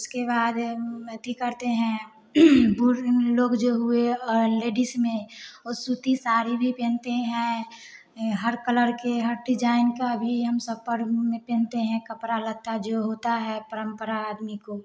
उसके बाद अथी करते हैं बूढ़े लोग जो हुए और लेडिस में ओ सूती साड़ी भी पहनते हैं ये हर कलर के हर डिजाईन का भी हम सब पर्व में पहनते हैं कपड़ा लत्ता जो होता है परम्परा आदमी को